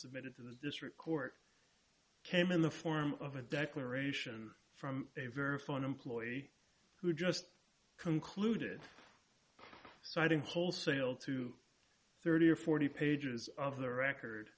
submitted to the district court came in the form of a declaration from a very fun employee who just concluded citing wholesale to thirty or forty pages of the record